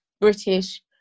british